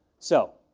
so,